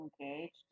engaged